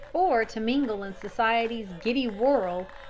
or to mingle in society's giddy whirl,